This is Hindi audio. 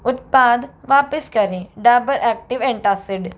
उत्पाद वापस करें डाबर एक्टिव एंटासीड